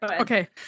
Okay